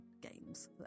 games